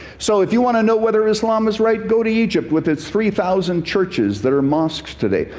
so if you want to know whether islam is right, go to egypt with its three thousand churches that are mosques today.